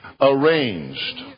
arranged